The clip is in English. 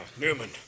Newman